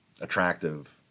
attractive